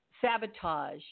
sabotage